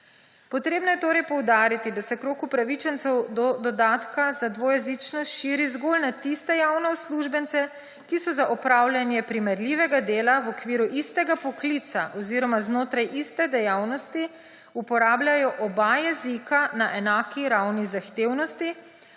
Potrebno je torej poudariti, da se krog upravičencev do dodatka za dvojezičnost širi zgolj na tiste javne uslužbence, ki za opravljanje primerljivega dela v okviru istega poklica oziroma znotraj iste dejavnosti uporabljajo oba jezika na enaki ravni zahtevnosti,